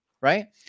Right